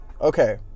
Okay